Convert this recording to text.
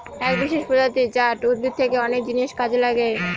এক বিশেষ প্রজাতি জাট উদ্ভিদ থেকে অনেক জিনিস কাজে লাগে